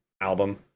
album